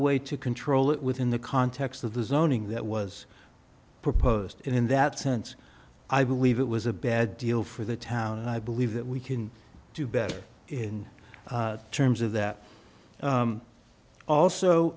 way to control it within the context of the zoning that was proposed in that sense i believe it was a bad deal for the town and i believe that we can do better in terms of that also